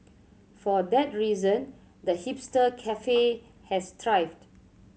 for that reason the hipster cafe has thrived